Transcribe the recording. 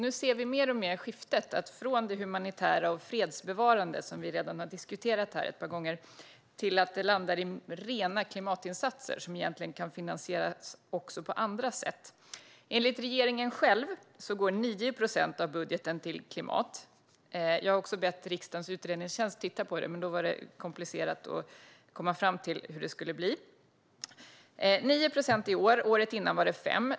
Nu ser vi mer och mer skiftet från det humanitära och fredsbevarande, som vi redan har diskuterat här ett par gånger, till rena klimatinsatser, som egentligen kan finansieras också på andra sätt. Enligt regeringen själv går 9 procent av budgeten till klimat. Jag har bett riksdagens utredningstjänst att titta på detta, men det var komplicerat att komma fram till hur mycket det skulle bli. Det är 9 procent i år, och året innan var det 5 procent.